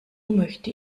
möchte